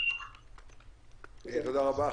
תודה רבה.